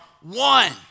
one